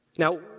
Now